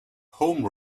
home